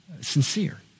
sincere